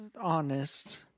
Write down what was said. honest